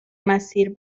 مسیر